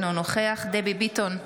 אינו נוכח דבי ביטון,